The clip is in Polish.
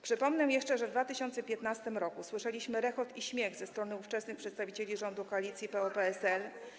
Przypomnę jeszcze, że w 2015 r. słyszeliśmy rechot i śmiech ze strony ówczesnych przedstawicieli rządu koalicji PO-PSL.